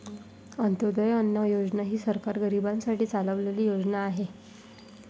अंत्योदय अन्न योजना ही सरकार गरीबांसाठी चालवलेली योजना आहे